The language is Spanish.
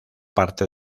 parte